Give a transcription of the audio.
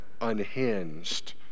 unhinged